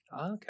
Okay